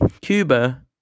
Cuba